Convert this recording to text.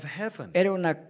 heaven